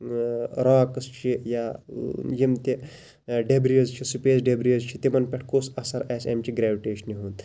یا راکس چھِ یا یِم تہِ ڈیٚبرِس چھِ سپیس ڈیٚبرِس چھِ تِمَن پٮ۪ٹھ کُس اَثَر آسہِ امہِ چہِ گریوِٹیشَنہِ ہُنٛد